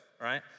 right